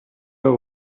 have